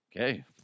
Okay